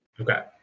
Okay